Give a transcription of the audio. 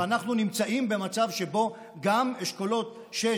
ואנחנו נמצאים במצב שבו גם אשכולות 6,